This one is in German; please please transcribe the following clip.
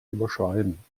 überschreiben